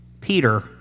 Peter